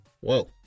Whoa